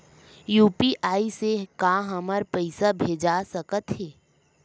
UPI से का हमर पईसा भेजा सकत हे?